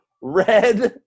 red